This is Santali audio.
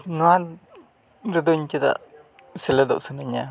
ᱱᱚᱣᱟ ᱨᱮᱫᱚ ᱤᱧ ᱪᱮᱫᱟᱜ ᱥᱮᱞᱮᱫᱚᱜ ᱥᱟᱱᱟᱧᱟ